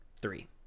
three